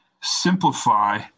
simplify